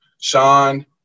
Sean